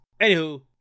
Anywho